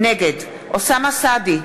נגד אוסאמה סעדי,